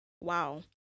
Wow